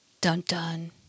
Dun-dun